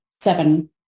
seven